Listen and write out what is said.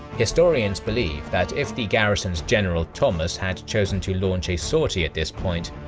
historians believe that if the garrison's general thomas had chosen to launch a sortie at this point,